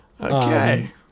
Okay